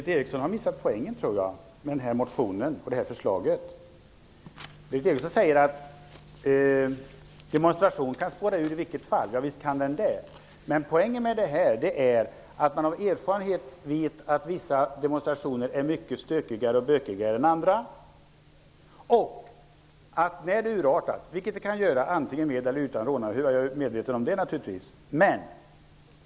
Herr talman! Jag tror att Berith Eriksson har missat poängen med motionen och förslaget. Hon säger att demonstrationer kan spåra ur oavsett om man tillåter huvor eller inte. Visst kan de det. Poängen är att man av erfarenhet vet att vissa demonstrationer är mycket stökigare och bökigare än andra. Jag är naturligtvis medveten om att demonstrationer kan urarta med eller utan rånarhuva.